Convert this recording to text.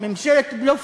ממשלת בלופים.